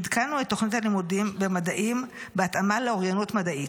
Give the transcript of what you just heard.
עדכנו את תוכנית הלימודים במדעים בהתאמה לאוריינות מדעית.